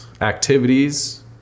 activities